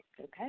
okay